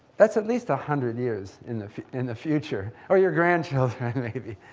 that's at least a hundred years in the in the future, or your grandchildren maybe.